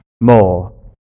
more